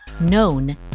known